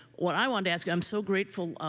what i want to ask i'm so grateful,